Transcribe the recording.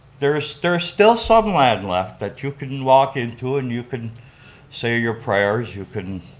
there's there's still some land left that you can walk into and you can say your prayers, you can